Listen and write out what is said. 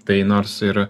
tai nors ir